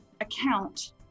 account